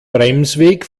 bremsweg